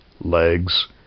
legs